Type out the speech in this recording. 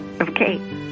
Okay